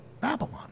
Babylon